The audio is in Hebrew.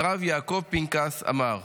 הרב יעקב פנקס, אמר: